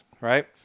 right